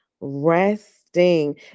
resting